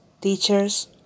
teachers